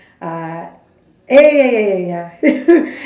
uh ya ya ya ya ya